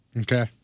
Okay